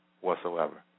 whatsoever